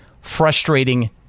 frustrating